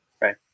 right